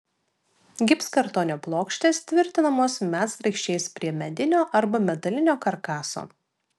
gipskartonio plokštės tvirtinamos medsraigčiais prie medinio arba metalinio karkaso